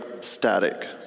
static